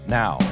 now